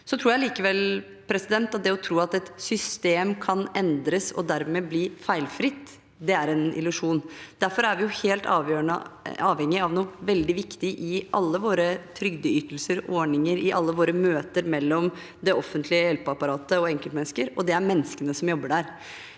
Jeg tror likevel at det å tro at et system kan endres og dermed bli feilfritt, er en illusjon. Derfor er vi helt avhengig av noe veldig viktig i alle våre trygdeytelser og -ordninger, i alle våre møter mellom det offentlige hjelpeapparatet og enkeltmennesker, og det er menneskene som jobber der.